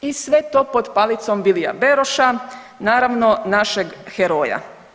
I sve to pod palicom Vilija Beroša, naravno, našeg heroja.